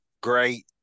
great